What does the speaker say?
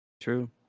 true